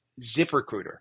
ZipRecruiter